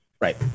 Right